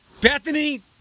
Bethany